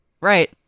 Right